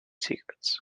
secrets